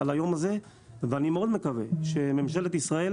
על היום הזה ואני מאוד מקווה שממשלת ישראל